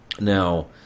Now